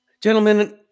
gentlemen